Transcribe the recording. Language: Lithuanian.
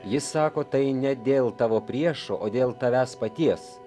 jis sako tai ne dėl tavo priešo o dėl tavęs paties